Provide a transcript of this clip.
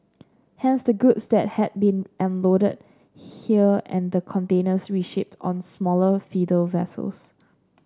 hence the goods that had been unloaded here and the containers reshipped on smaller feeder vessels